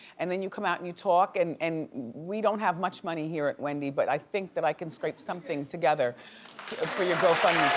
and then you come out and you talk and and we don't have much money here at wendy but i think that i can scrape something together for your gofundme